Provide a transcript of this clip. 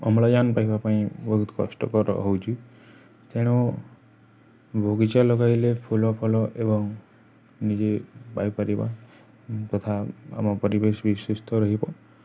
ଅମ୍ଳଜାନ ପାଇବା ପାଇଁ ବହୁତ କଷ୍ଟକର ହଉଚି ତେଣୁ ବଗିଚା ଲଗାଇଲେ ଫୁଲ ଫଲ ଏବଂ ନିଜେ ପାଇପାରିବା ତଥା ଆମ ପରିବେଶ ବି ସୁୁସ୍ଥ ରହିବ